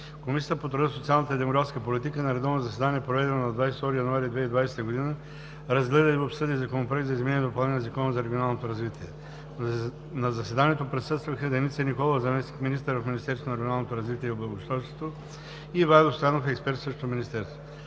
Комисията по труда, социалната и демографската политика на редовно заседание, проведено на 22 януари 2020 г., разгледа и обсъди Законопроекта за изменение и допълнение на Закона за регионалното развитие. На заседанието присъстваха Деница Николова – заместник-министър в Министерството на регионалното развитие и благоустройството, и Ивайло Стоянов – експерт в същото министерство.